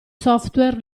software